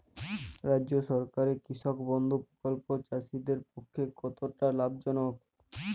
রাজ্য সরকারের কৃষক বন্ধু প্রকল্প চাষীদের পক্ষে কতটা লাভজনক?